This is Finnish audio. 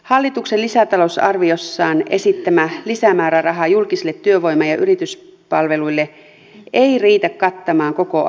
hallituksen lisätalousarviossaan esittämä lisämääräraha julkisille työvoima ja yrityspalveluille ei riitä kattamaan koko akuuttia tarvetta